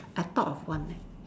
I thought of one leh